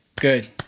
good